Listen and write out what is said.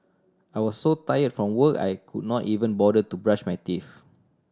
I was so tired from work I could not even bother to brush my teeth